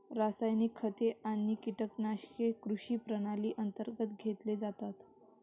रासायनिक खते आणि कीटकनाशके कृषी प्रणाली अंतर्गत घेतले जातात